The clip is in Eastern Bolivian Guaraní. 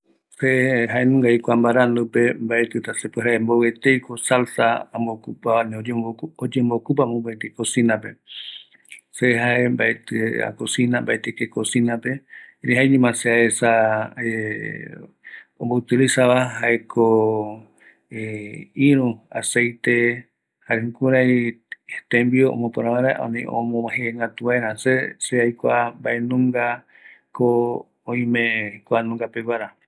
Kua mbovɨeteiko salsareta yaiporu cocinapeva, aikuavi, oïmeko aipo mbae tembiuko oyeapotava pegua, se aköcinaa, jaeramo aikuapota jae mbovïko oïmeva